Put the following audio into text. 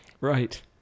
Right